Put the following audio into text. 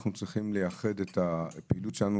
אנחנו צריכים לייחד את הפעילות שלנו,